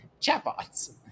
chatbots